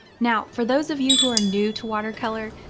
now, for those of you who are new to watercolor,